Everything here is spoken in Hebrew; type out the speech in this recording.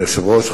אדוני היושב-ראש,